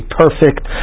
perfect